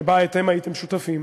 שבה אתם הייתם שותפים.